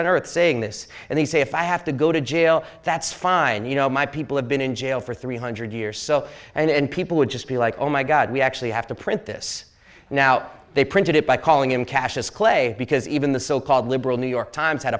on earth saying this and they say if i have to go to jail that's fine you know my people have been in jail for three hundred years or so and people would just be like oh my god we actually have to print this now they printed it by calling him caches clay because even the so called liberal new york times had